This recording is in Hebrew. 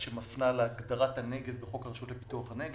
שמפנה להגדרת הנגב בחוק הרשות לפיתוח הנגב.